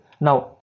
now